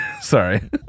Sorry